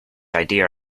idea